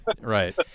right